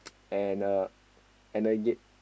and a and a ye~